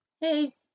hey